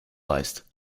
weißt